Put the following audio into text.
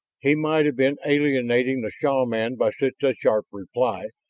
he might have been alienating the shaman by such a sharp reply,